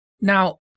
Now